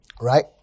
right